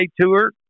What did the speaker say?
tour